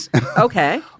Okay